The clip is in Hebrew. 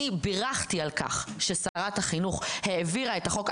אני בירכתי על כך ששרת החינוך העבירה את החוק,